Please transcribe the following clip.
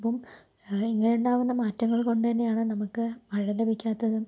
അപ്പം എല്ലാം ഇങ്ങനെയുണ്ടാവുന്ന മാറ്റങ്ങളു കൊണ്ട് തന്നെയാണ് നമുക്ക് മഴ ലഭിക്കാത്തതും